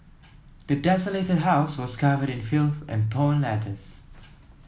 the desolated house was covered in filth and torn letters